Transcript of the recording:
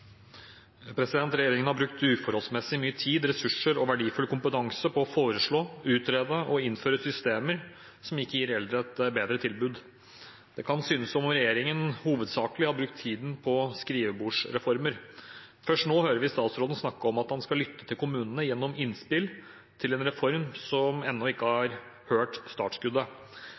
verdifull kompetanse på å foreslå, utrede og innføre systemer som ikke gir eldre et bedre tilbud. Det kan synes som om regjeringen hovedsakelig har brukt tiden sin på skrivebordsreformer. Først nå hører vi statsråden snakke om at han skal lytte til kommunene gjennom innspill til en reform som ennå ikke har hørt startskuddet.